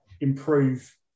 improve